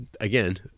again